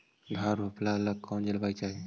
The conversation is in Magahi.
धान रोप ला कौन जलवायु चाही?